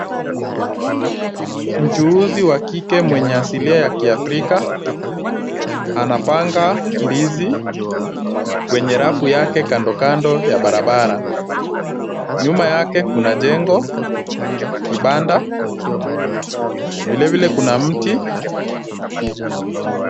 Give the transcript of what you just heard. Mchuuzi wa kike mwenye asili ya kiafrika, anapanga ndizi kwenye rafu yake kando kando ya barabara. Nyuma yake kuna jengo, kibanda, vilevile kuna mti.